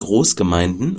großgemeinden